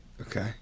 Okay